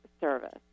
service